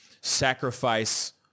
sacrifice